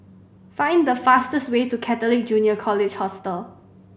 find fastest way to Catholic Junior College Hostel